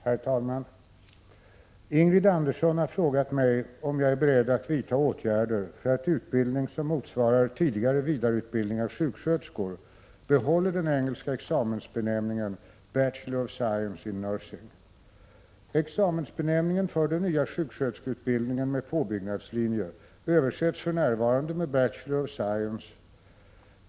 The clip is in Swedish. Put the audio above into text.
Herr talman! Ingrid Andersson har frågat mig om jag är beredd att vidta åtgärder för att utbildning som motsvarar tidigare vidareutbildning av P Å ik SÅ sjuksköterskor behåller den engelska examensbenämningen Bachelor of JV 4 ÖCErS e utbildningen Examensbenämningen för den nya sjuksköterskeutbildningen med påbyggnadslinje översätts för närvarande med Bachelor of Science BeSc.